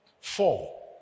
Four